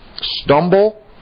stumble